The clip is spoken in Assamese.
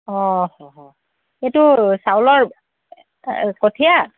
অঁ এইটো চাউলৰ কঠীয়া